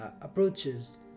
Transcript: approaches